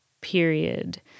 period